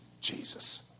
Jesus